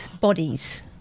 bodies